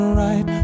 right